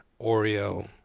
Oreo